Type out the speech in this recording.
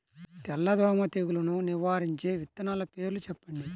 తెల్లదోమ తెగులును నివారించే విత్తనాల పేర్లు చెప్పండి?